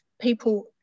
people